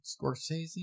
Scorsese